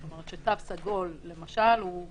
זאת אומרת שתו סגול, למשל, הוא